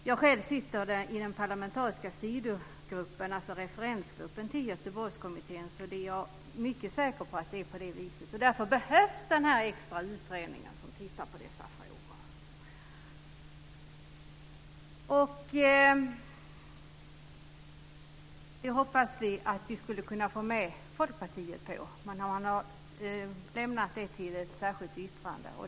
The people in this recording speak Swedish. Jag sitter i den parlamentariska sidogruppen, alltså referensgruppen till Göteborgskommittén, och jag är därför helt säker på att det förhåller sig på det viset. Därför behövs en extra utredning som tittar på de andra frågorna. Vi hade hoppats få med Folkpartiet på en sådan utredning.